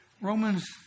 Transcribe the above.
Romans